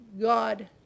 God